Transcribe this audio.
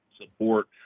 support